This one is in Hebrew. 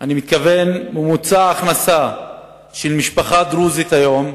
אני מתכוון לכך שממוצע ההכנסה של משפחה דרוזית היום,